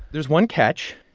there's one catch.